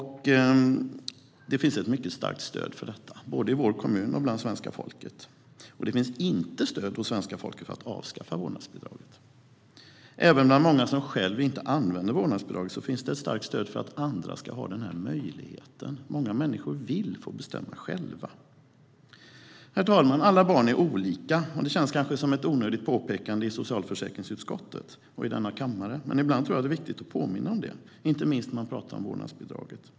Det finns ett mycket starkt stöd för detta, både i vår kommun och hos svenska folket. Det finns inte stöd hos svenska folket för att avskaffa vårdnadsbidraget. Även bland många som själva inte använder vårdnadsbidraget finns det ett starkt stöd för att andra ska ha den möjligheten. Många människor vill få bestämma själva. Herr talman! Alla barn är olika. Det känns kanske som ett onödigt påpekande i socialförsäkringsutskottet och i denna kammare. Men jag tror att det är viktigt att påminna om det ibland, inte minst när man talar om vårdnadsbidraget.